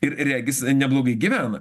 ir regis neblogai gyvena